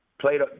played